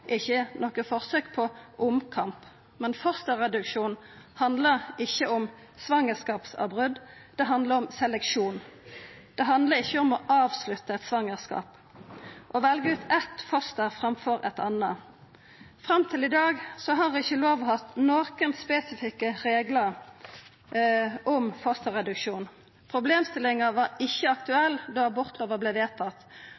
ikkje noko forsøk på omkamp, men fosterreduksjon handlar ikkje om svangerskapsavbrot, det handlar om seleksjon. Å velja ut eitt foster framfor eit anna handlar ikkje om å avslutta eit svangerskap. Fram til i dag har ikkje lova hatt nokon spesifikke reglar om fosterreduksjon. Problemstillinga var ikkje